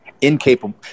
incapable –